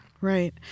Right